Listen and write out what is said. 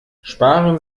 sparen